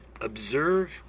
observe